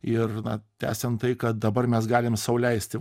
ir na tęsiant tai kad dabar mes galim sau leisti